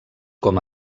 com